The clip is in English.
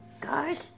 Guys